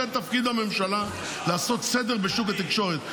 זה תפקיד הממשלה, לעשות סדר בשוק התקשורת.